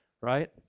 right